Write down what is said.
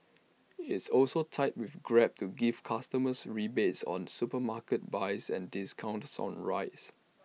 it's also tied with grab to give customers rebates on supermarket buys and discounts on rides